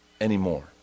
anymore